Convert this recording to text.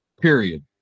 period